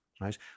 right